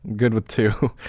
good with two